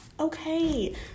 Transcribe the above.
Okay